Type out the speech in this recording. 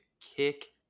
kick